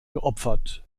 geopfert